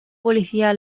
policía